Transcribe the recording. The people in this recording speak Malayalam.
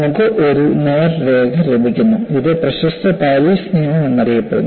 നമുക്ക് ഒരു നേർരേഖ ലഭിക്കുന്നു ഇത് പ്രശസ്ത പാരീസ് നിയമം എന്നറിയപ്പെടുന്നു